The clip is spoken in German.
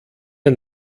der